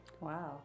wow